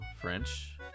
French